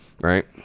Right